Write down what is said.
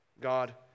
God